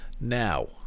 Now